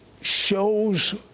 shows